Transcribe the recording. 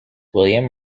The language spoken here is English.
william